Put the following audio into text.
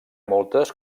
moltes